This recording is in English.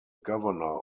governor